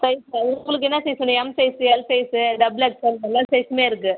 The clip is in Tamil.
சைஸ்ஸா உங்களுக்கு என்ன சைஸ் சொன்னீங்க M size L size double XL எல்லா சைஸ்ஸுமே இருக்குது